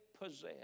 possess